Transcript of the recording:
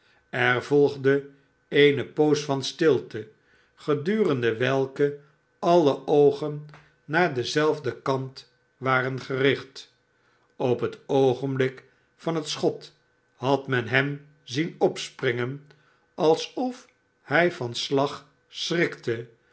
er volgde eene poos van diepe stilte gedurende welke alle oogen naar denzelfden kant waren gericht op het oogenblik van het schot had men hem zien opspringen alsof hij van den slag schrikte